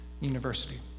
university